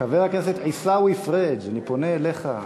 חבר הכנסת עיסאווי פריג', אני פונה אליך.